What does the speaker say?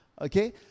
Okay